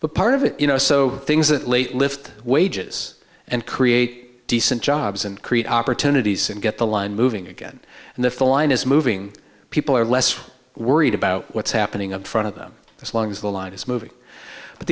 but part of it you know so things that late lift wages and create decent jobs and create opportunities and get the line moving again and if the line is moving people are less worried about what's happening up front of them as long as the line is moving but